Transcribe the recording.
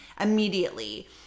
immediately